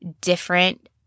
different